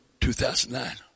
2009